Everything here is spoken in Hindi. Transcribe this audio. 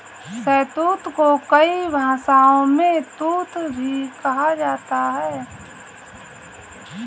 शहतूत को कई भाषाओं में तूत भी कहा जाता है